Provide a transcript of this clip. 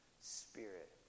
spirit